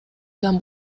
адам